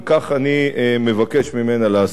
וכך אני מבקש ממנה לעשות.